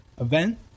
event